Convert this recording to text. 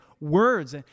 words